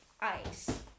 ice